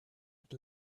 had